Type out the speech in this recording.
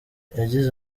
yagize